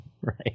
Right